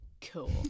cool